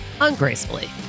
ungracefully